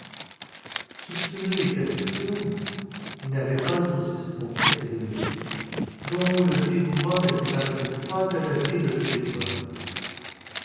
soupçonneux et taciturne il n'avait pas osé se confier à ses domestiques dont le dévouement ne lui paraissait pas à l'abri de toute épreuve